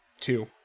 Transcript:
Two